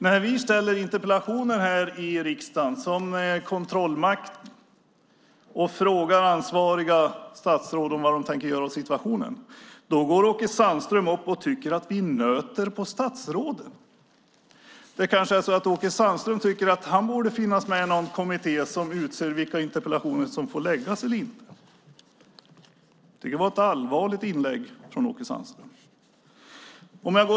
När vi ställer interpellationer här i riksdagen och är en kontrollmakt och frågar ansvariga statsråd vad de tänker göra åt situationen går Åke Sandström upp och tycker att vi nöter på statsrådet. Åke Sandström kanske tycker att han borde finnas med i någon kommitté som bestämmer vilka interpellationer som får ställas. Jag tycker att det var ett allvarligt inlägg från Åke Sandström.